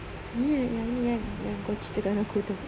ni yang ni kan yang kau cerita kan aku tu